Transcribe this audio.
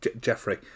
Jeffrey